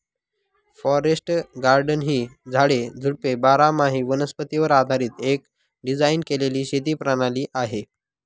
forest garden ही झाडे, झुडपे बारामाही वनस्पतीवर आधारीत एक डिझाइन केलेली शेती प्रणाली आहे